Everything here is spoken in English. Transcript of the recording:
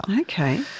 Okay